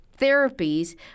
therapies